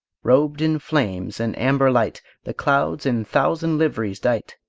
robed in flames and amber light, the clouds in thousand liveries dight,